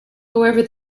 however